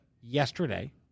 yesterday